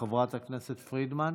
חברת הכנסת פרידמן.